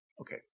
Okay